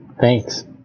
Thanks